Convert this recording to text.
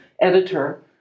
editor